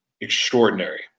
extraordinary